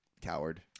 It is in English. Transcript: Coward